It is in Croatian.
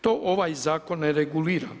To ovaj zakon ne regulira.